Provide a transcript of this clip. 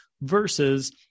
versus